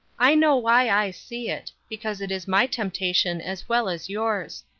i know why i see it because it is my temptation as well as yours.